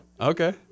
Okay